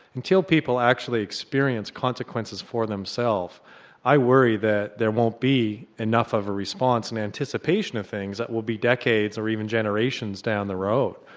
until people actually experiences consequences for themselves i worry that there won't be enough of a response and anticipation of things that will be decades or even generations down the road.